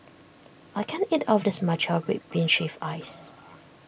I can't eat all of this Matcha Red Bean Shaved Ice